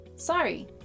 Sorry